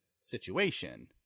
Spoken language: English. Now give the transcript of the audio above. situation